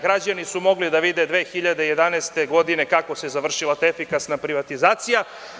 Građani su mogli da vide 2011. godine kako se završila ta efikasna privatizacija.